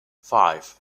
five